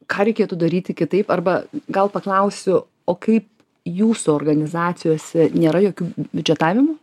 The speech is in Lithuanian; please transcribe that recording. ką reikėtų daryti kitaip arba gal paklausiu o kaip jūsų organizacijose nėra jokių biudžetavimo